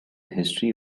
history